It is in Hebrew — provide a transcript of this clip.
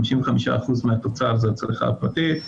55% מהתוצר זה על הצריכה הפרטית.